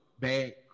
bad